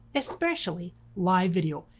especially live video.